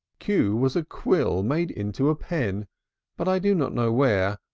q was a quill made into a pen but i do not know where,